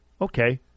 okay